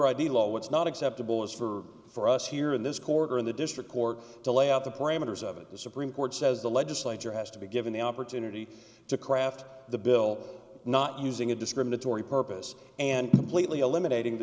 id law what's not acceptable is for for us here in this quarter in the district court to lay out the parameters of it the supreme court says the legislature has to be given the opportunity to craft the bill not using a discriminatory purpose and completely eliminating the